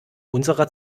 unserer